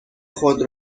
خود